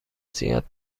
زیاد